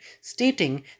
stating